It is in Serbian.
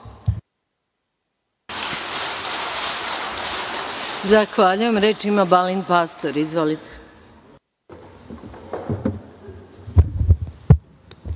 Zahvaljujem. Reč ima Balint Pastor. Izvolite.